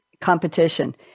competition